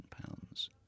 pounds